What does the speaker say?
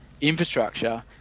infrastructure